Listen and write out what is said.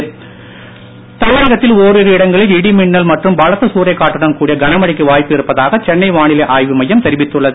வானிலை தமிழகத்தில் ஓரிரு இடங்களில் இடி மின்னல் மற்றும் பலத்த சூறை காற்றுடன் கூடிய கனமழைக்கு வாய்ப்பு இருப்பதாக சென்னை வானிலை ஆய்வு மையம் தெரிவித்துள்ளது